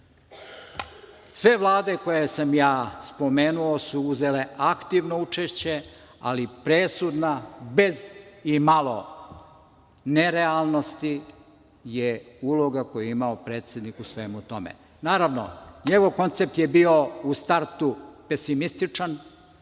Sve vlade koje sam ja pomenuo su uzele aktivno učešće, ali presudna, bez imalo nerealnosti, je uloga koju je imao predsednik u svemu tome. Naravno, njegov koncept je bio u startu pesimističan,